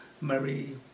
Mary